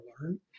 learn